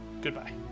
Goodbye